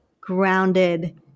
grounded